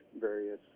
various